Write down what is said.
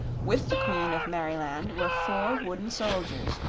with the queen of merryland were four wooden soldiers,